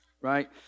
right